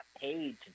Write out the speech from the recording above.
paid